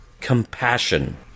compassion